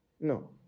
No